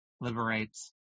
liberates